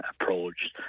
approached